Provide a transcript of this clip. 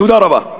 תודה רבה.